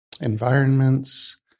environments